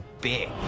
big